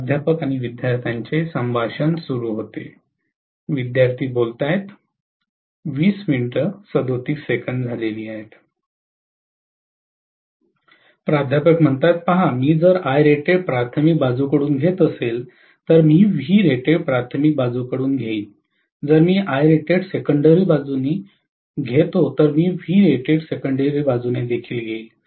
प्राध्यापक विद्यार्थ्यांची संभाषण सुरू होते प्रोफेसर पहा मी जर प्राथमिक बाजूकडून घेत असेल तर मी प्राथमिक बाजूकडून घेईन जर मी सेकेंडरी बाजूने घेतो तर मी सेकेंडरी बाजूने देखील घेईन